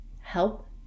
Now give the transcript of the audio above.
help